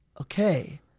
okay